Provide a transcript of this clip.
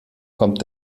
kommt